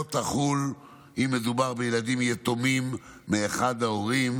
תחול אם מדובר בילדים יתומים מאחד ההורים.